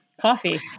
coffee